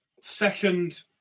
second